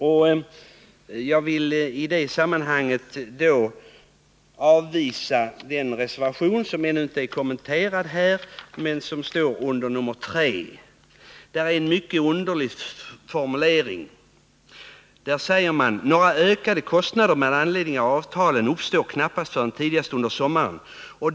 Jag vill i det sammanhanget avvisa den reservation som är betecknad med nr 3 och som ännu inte är kommenterad. Där finns en mycket underlig formulering: ”Några ökade kostnader med anledning av avtalen uppstår knappast förrän tidigast under sommaren.